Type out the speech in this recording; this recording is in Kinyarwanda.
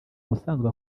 usanzwe